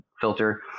filter